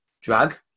drag